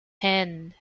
hand